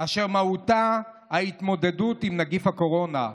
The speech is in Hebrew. אשר מהותה ההתמודדות עם נגיף הקורונה,